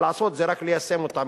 לעשות זה רק ליישם אותם.